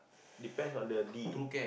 depends on the d